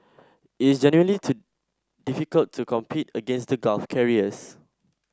it's genuinely to difficult to compete against the Gulf carriers